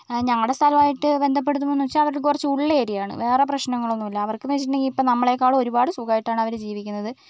ഞങ്ങളുടെ സ്ഥലവും ആയിട്ട് ബന്ധപ്പെടുത്തുമ്പോളെന്നു വെച്ചാൽ അവരുടെ കുറച്ച് ഉള്ളേരിയ ആണ് വേറെ പ്രശ്നങ്ങളൊന്നും ഇല്ല അവർക്കെന്നു വെച്ചിട്ടുണ്ടെങ്കിൽ ഇപ്പോൾ നമ്മളേക്കാളും ഒരുപാട് സുഖമായിട്ടാണ് അവർ ജീവിക്കുന്നത്